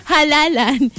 Halalan